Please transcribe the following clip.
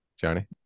Johnny